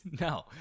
No